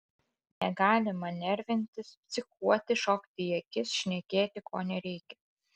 negalima nervintis psichuoti šokti į akis šnekėti ko nereikia